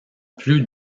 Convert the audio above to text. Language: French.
plus